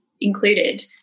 included